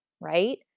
right